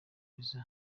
visa